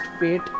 wait